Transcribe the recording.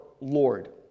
Lord